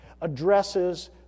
addresses